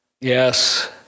yes